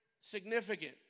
significant